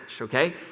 okay